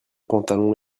pantalon